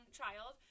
child